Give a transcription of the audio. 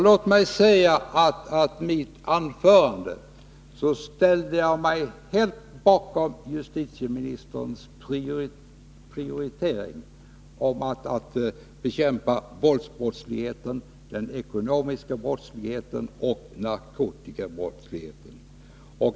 I mitt anförande ställde jag mig helt bakom justitieministerns prioritering för bekämpning av våldsbrottsligheten, den ekonomiska brottsligheten och narkotikabrottsligheten.